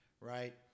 Right